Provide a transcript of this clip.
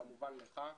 כמובן לך,